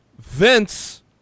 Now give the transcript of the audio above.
Vince